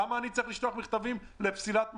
למה אני צריך לשלוח מכתבים לפסילת מכרזים?